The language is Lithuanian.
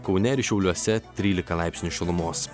kaune ir šiauliuose trylika laipsnių šilumos